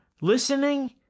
Listening